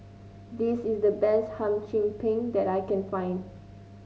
this is the best Hum Chim Peng that I can find